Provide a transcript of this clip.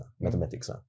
mathematics